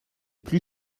plus